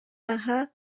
aha